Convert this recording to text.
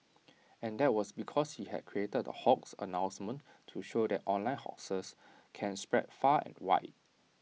and that was because he had created the hoax announcement to show that online hoaxes can spread far and wide